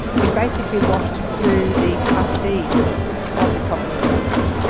he basically wanted to sue the trustees of the property trust.